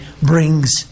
brings